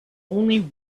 only